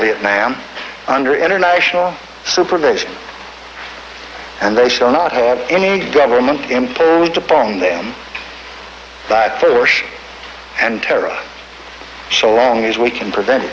viet nam under international supervision and they shall not have any government imposed upon them by force and terror so long as we can prevent